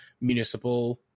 municipal